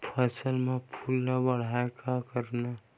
फसल म फूल ल बढ़ाय का करन?